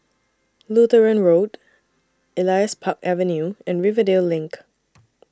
Lutheran Road Elias Park Avenue and Rivervale LINK